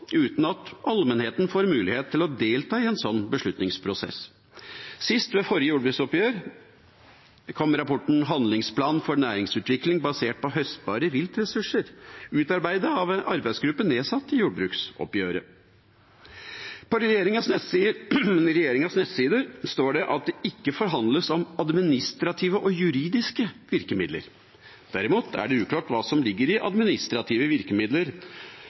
uten at allmennheten får mulighet til å delta i en sånn beslutningsprosess. Sist, ved forrige jordbruksoppgjør, kom rapporten Handlingsplan for næringsutvikling basert på høstbare viltressurser, utarbeidet av en arbeidsgruppe nedsatt i forbindelse med jordbruksoppgjøret. På regjeringas nettsider står det at det ikke forhandles om administrative og juridiske virkemidler. Derimot er det uklart hva som ligger i administrative virkemidler,